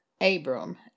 Abram